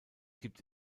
gibt